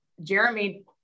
Jeremy